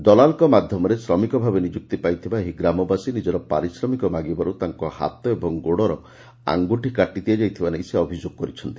ଦଲାଲଙ୍କ ମାଧ୍ଧମରେ ଶ୍ରମିକ ଭାବେ ନିଯୁକ୍ତି ପାଇଥିବା ଏହି ଗ୍ରାମବାସୀ ନିଜର ପାରିଶ୍ରମିକ ମାଗିବାର୍ ତାଙ୍କ ହାତ ଏବଂ ଗୋଡ଼ର ଆଙ୍ଗୁଠି କାଟିଦିଆଯାଇଥିବା ନେଇ ସେ ଅଭିଯୋଗ କରିଛନ୍ତି